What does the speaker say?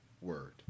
Word